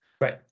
Right